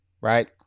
right